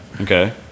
Okay